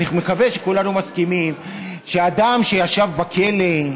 אני מקווה שכולנו מסכימים שאדם שישב בכלא,